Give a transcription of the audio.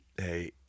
Hey